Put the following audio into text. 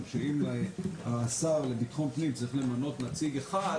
אם השר לביטחון פנים צריך למנות נציג אחד,